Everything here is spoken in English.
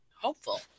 hopeful